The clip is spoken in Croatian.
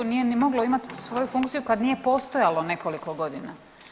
Nije ni moglo imati svoju funkciju kad nije postojalo nekoliko godina.